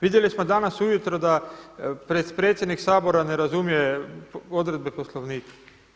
Vidjeli smo danas ujutro da predsjednik Sabora ne razumije odredbe Poslovnika.